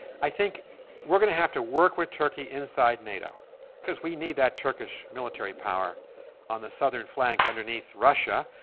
i think we're going to have to work with turkey inside nato because we need that turkish military power on the southern flank underneath russia.